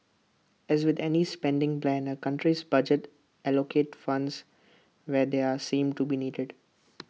as with any spending plan A country's budget allocates funds where they are seen to be needed